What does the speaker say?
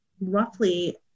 roughly